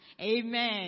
Amen